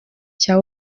cya